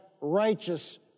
righteous